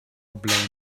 blown